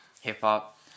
hip-hop